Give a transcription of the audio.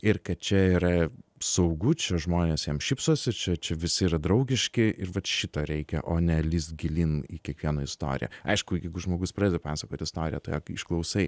ir kad čia yra saugu čia žmonės jiem šypsosi čia čia visi yra draugiški ir vat šito reikia o ne lįst gilyn į kiekvieną istoriją aišku jeigu žmogus pradeda pasakot istoriją tai jo išklausai